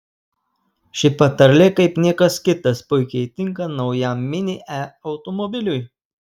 ši patarlė kaip niekas kitas puikiai tinka naujam mini e automobiliui